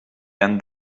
and